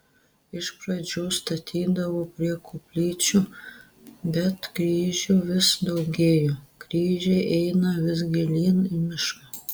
iš pradžių statydavo prie koplyčių bet kryžių vis daugėjo kryžiai eina vis gilyn į mišką